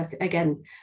again